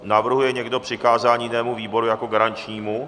Navrhuje někdo přikázání jinému výboru jako garančnímu?